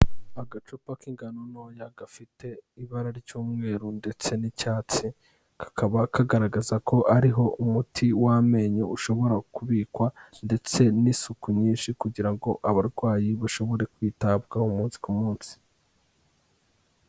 Agacupa k'ingano ntoya gafite ibara ry'umweru ndetse n'icyatsi, kakaba kagaragaza ko ariho umuti w'amenyo ushobora kubikwa ndetse n'isuku nyinshi kugira ngo abarwayi bashobore kwitabwaho umunsi ku munsi.